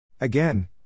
Again